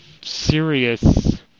serious